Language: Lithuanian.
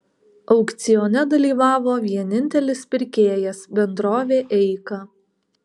aukcione dalyvavo vienintelis pirkėjas bendrovė eika